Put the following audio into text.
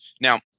Now